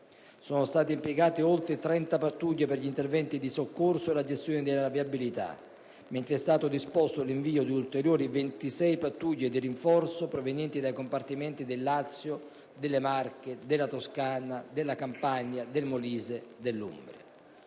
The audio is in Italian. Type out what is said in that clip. Sono state impiegate oltre 30 pattuglie per gli interventi di soccorso e la gestione della viabilità, mentre è stato disposto l'invio di ulteriori 26 pattuglie di rinforzo provenienti dai compartimenti del Lazio, delle Marche, della Toscana, della Campania, del Molise e dell'Umbria.